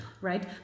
right